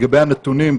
לגבי הנתונים,